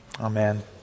Amen